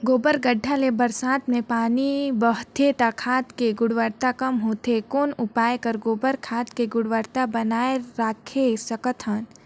गोबर गढ्ढा ले बरसात मे पानी बहथे त खाद के गुणवत्ता कम होथे कौन उपाय कर गोबर खाद के गुणवत्ता बनाय राखे सकत हन?